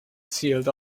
sealed